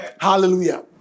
Hallelujah